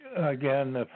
Again